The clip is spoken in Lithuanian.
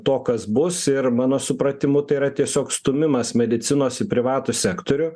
to kas bus ir mano supratimu tai yra tiesiog stūmimas medicinos į privatų sektorių